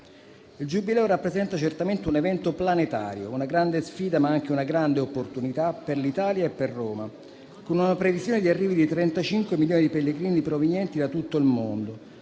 Il Giubileo rappresenta certamente un evento planetario, una grande sfida, ma anche una grande opportunità per l'Italia e per Roma, con la previsione dell'arrivo di 35 milioni di pellegrini provenienti da tutto il mondo: